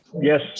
yes